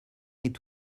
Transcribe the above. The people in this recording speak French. est